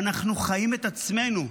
ואנחנו חיים את עצמנו.